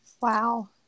Wow